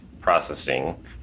processing